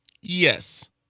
Yes